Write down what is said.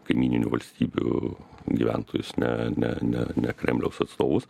kaimyninių valstybių gyventojus ne ne ne ne kremliaus atstovus